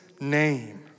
name